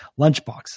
lunchbox